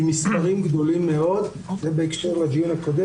עם מספרים גדולים מאוד ובהקשר לדיון הקודם